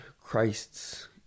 Christ's